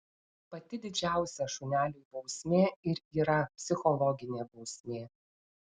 pati didžiausia šuneliui bausmė ir yra psichologinė bausmė